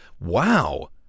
wow